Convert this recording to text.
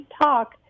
talk